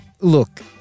Look